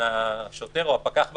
מהשוטר או מהפקח בכניסה,